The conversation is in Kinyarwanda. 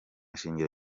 shingiro